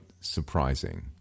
surprising